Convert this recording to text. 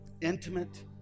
Intimate